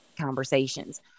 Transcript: conversations